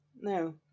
No